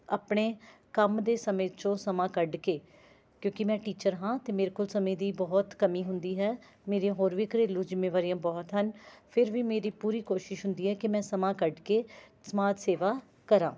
ਆਪਣੇ ਕੰਮ ਦੇ ਸਮੇਂ 'ਚੋਂ ਸਮਾਂ ਕੱਢ ਕੇ ਕਿਉਂਕਿ ਮੈਂ ਟੀਚਰ ਹਾਂ ਅਤੇ ਮੇਰੇ ਕੋਲ ਸਮੇਂ ਦੀ ਬਹੁਤ ਕਮੀ ਹੁੰਦੀ ਹੈ ਮੇਰੀਆਂ ਹੋਰ ਵੀ ਘਰੇਲੂ ਜ਼ਿੰਮੇਵਾਰੀਆਂ ਬਹੁਤ ਹਨ ਫਿਰ ਵੀ ਮੇਰੀ ਪੂਰੀ ਕੋਸ਼ਿਸ਼ ਹੁੰਦੀ ਹੈ ਕਿ ਮੈਂ ਸਮਾਂ ਕੱਢ ਕੇ ਸਮਾਜ ਸੇਵਾ ਕਰਾਂ